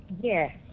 Yes